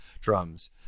drums